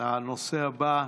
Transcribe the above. הנושא הבא,